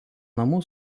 namų